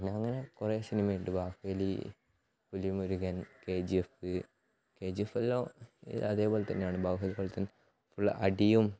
പിന്നെ അങ്ങനെ കുറേ സിനിമ ഉണ്ട് Baahubali Pulimurugan K G F K G F എല്ലാം അതേപോലെ തന്നെയാണ് ബാഹുബലി പോലെ തന്നെ ഫുൾ അടിയും